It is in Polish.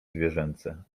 zwierzęce